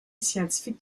scientifique